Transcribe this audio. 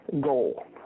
goal